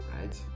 right